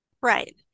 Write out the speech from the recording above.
right